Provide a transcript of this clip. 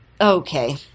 okay